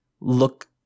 look